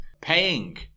paying